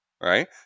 Right